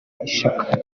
ishaka